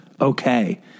okay